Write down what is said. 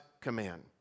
command